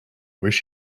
wish